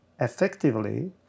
effectively